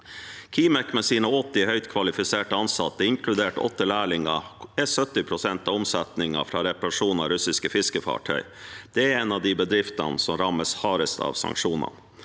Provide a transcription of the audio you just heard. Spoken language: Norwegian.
Kimek, med sine 80 høyt kvalifiserte ansatte, inkludert 8 lærlinger, er 70 pst. av omsetningen fra reparasjon av russiske fiskefartøy. Det er en av de bedriftene som rammes hardest av sanksjonene.